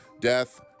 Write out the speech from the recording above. death